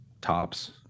tops